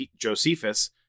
Josephus